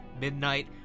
Midnight